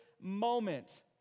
moment